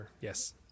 Yes